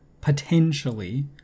potentially